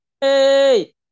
hey